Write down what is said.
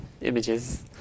images